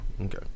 Okay